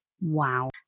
Wow